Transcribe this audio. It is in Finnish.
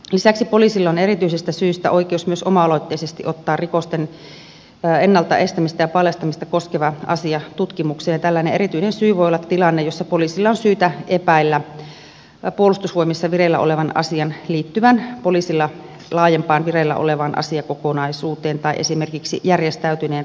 lisäksi poliisilla on erityisestä syystä oikeus myös oma aloitteisesti ottaa rikosten ennalta estämistä ja paljastamista koskeva asia tutkimukseen ja tällainen erityinen syy voi olla tilanne jossa poliisilla on syytä epäillä puolustusvoimissa vireillä olevan asian liittyvän poliisin laajempaan vireillä olevaan asiakokonaisuuteen tai esimerkiksi järjestäytyneeseen rikollisuuteen